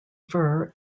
fur